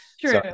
True